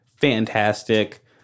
fantastic